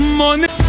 money